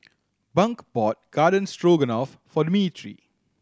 Bunk bought Garden Stroganoff for Dimitri